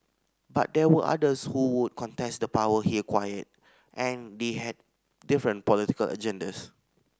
but there were others who would contest the power he acquired and they had different political agendas